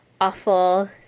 awful